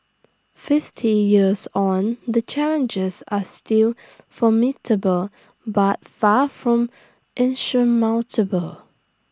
fifty years on the challenges are still formidable but far from insurmountable